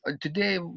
today